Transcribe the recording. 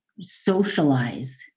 socialize